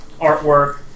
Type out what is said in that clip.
artwork